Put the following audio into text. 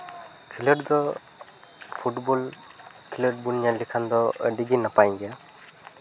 ᱠᱷᱮᱞᱳᱰ ᱫᱚ ᱯᱷᱩᱴᱵᱚᱞ ᱠᱷᱮᱞᱚᱰ ᱵᱚᱱ ᱧᱮᱞ ᱞᱮᱠᱷᱟᱱ ᱫᱚ ᱟᱹᱰᱤᱜᱮ ᱱᱟᱯᱟᱭ ᱜᱮᱭᱟ